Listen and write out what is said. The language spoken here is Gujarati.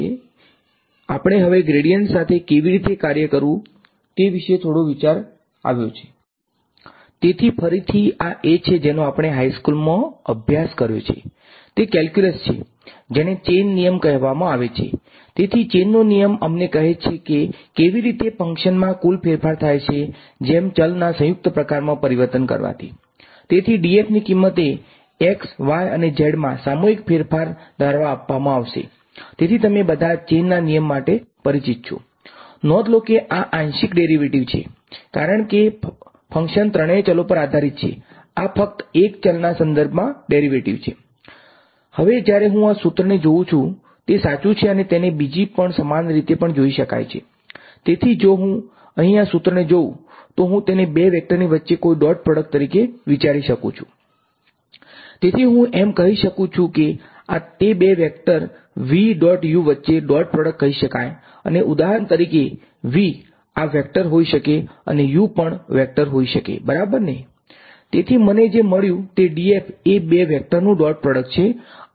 તેથી અમને હવે ગ્રેડીયન્ટ સાથે કેવી રીતે કાર્ય કરવું તે વિશે થોડો વિચાર આવ્યો છે